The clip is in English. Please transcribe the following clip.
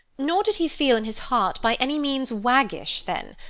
nor did he feel, in his heart, by any means waggish then.